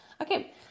Okay